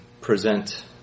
present